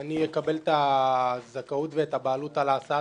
אני אקבל את הזכאות והבעלות על ההסעה